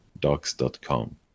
docs.com